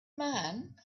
man